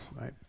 right